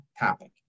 topic